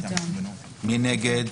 מי נגד?